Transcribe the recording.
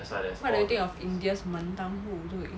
what do you think of india's 门当户对